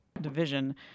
division